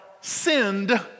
sinned